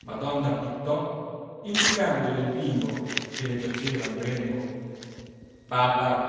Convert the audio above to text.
ma donna bittò indicandole il bimbo che le giaceva in grembo babba